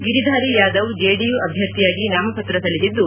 Giridhari Yadav JDU ಅಭ್ವರ್ಥಿಯಾಗಿ ನಾಮಪತ್ರ ಸಲ್ಲಿಸಿದ್ದು